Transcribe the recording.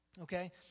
okay